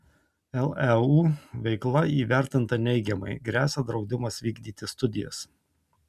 leu veikla įvertinta neigiamai gresia draudimas vykdyti studijas